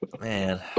Man